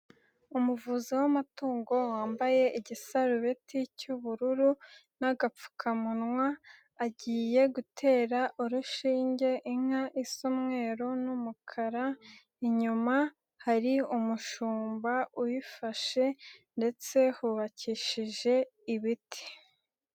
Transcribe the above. Umuvuzi w'amatungo wambaye igisarubeti cy'ubururu n'agapfukamunwa, agiye gutera urushinge inka isa umweru n'umukara, inyuma hari umushumba uyifashe ndetse hubakishije ibiti.